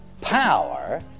power